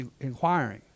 inquiring